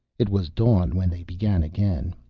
it was dawn when they began again.